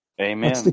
Amen